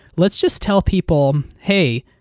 let's just tell people, hey,